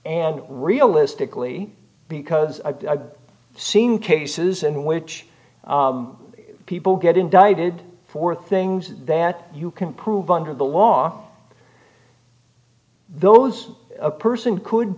and realistically because i've seen cases in which people get indicted for things that you can prove under the law those a person could